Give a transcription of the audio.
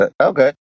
Okay